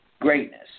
greatness